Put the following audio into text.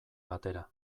batera